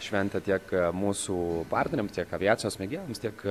šventė tiek mūsų partneriams tiek aviacijos mėgėjams tiek